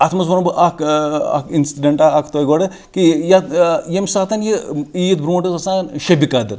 اَتھ منٛز وَنوو بہٕ اَکھ اَکھ اِنسِڈَنٛٹا اَکھ تۄہہِ گۄڈٕ کہِ ییٚمہِ ساتَن یہِ عیٖد برٛونٛٹھ ٲس آسان شیبہِ قَدٕر